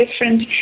different